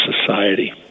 society